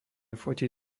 fotiť